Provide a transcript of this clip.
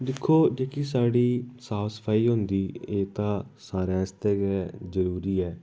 दिक्खो जेह्की साढ़ी साफ सफाई होंदी ऐ ते सारें आस्तै गै जरूरी ऐ